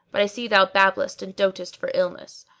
but i see thou babblest and dotest for illness.